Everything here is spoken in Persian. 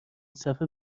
صفحه